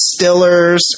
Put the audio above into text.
Stillers